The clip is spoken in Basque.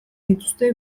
dituzte